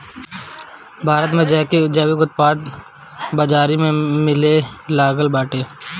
भारत में जैविक उत्पाद अब बाजारी में मिलेलागल बाटे